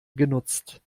genutzt